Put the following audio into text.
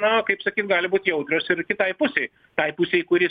na kaip sakyt gali būt jautrios ir kitai pusei tai pusei kuri